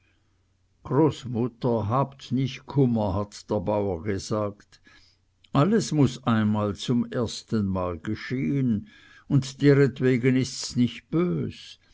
großmutter habt nicht kummer hat der bauer gesagt alles muß einmal zum erstenmal geschehen und deretwegen ists nicht bös